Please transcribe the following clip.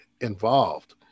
involved